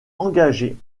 engagés